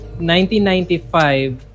1995